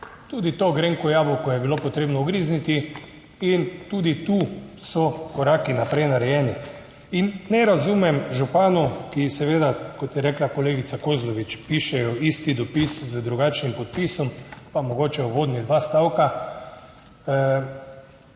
Tudi v to grenko jabolko je bilo potrebno ugrizniti in tudi tu so koraki naprej narejeni. In ne razumem županov, ki seveda, kot je rekla kolegica Kozlovič, pišejo isti dopis z drugačnim podpisom, pa mogoče uvodni dva stavka,